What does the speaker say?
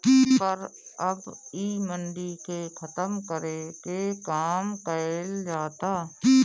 पर अब इ मंडी के खतम करे के काम कइल जाता